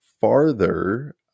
farther